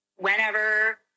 whenever